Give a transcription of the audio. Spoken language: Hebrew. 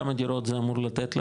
כמה דירות זה אמור לתת לנו?